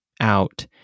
out